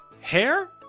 hair